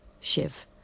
Shiv